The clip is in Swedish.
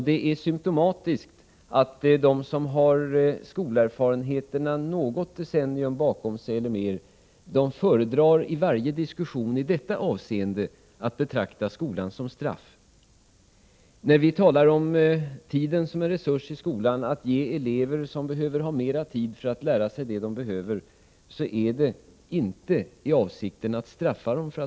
Det är symptomatiskt att de som har skolerfarenheterna något decennium eller mer bakom sig föredrar att i varje diskussion i detta avseende betrakta skolan såsom straff. När vi talar om tiden såsom en resurs i skolan när det gäller att ge de elever som så behöver mer tid för att lära sig, är inte avsikten att straffa dem.